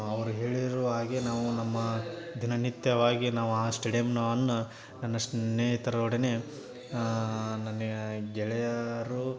ಅವ್ರು ಹೇಳಿರುವ ಹಾಗೆ ನಾವು ನಮ್ಮ ದಿನನಿತ್ಯವಾಗಿ ನಾವು ಆ ಸ್ಟೇಡಿಯಮ್ಮನ್ನು ಅನ್ನು ನನ್ನ ಸ್ನೇಹಿತರೊಡನೆ ನನ್ನ ಗೆಳೆಯರು